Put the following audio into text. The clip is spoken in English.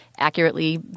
accurately